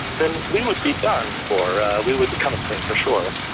then we would be done for, we would become extinct for sure.